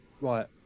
right